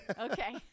Okay